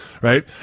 right